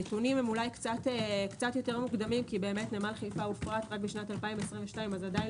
הנתונים אולי קצת יותר מוקדמים כי נמל חיפה הופרט רק ב-2022 אז עדיין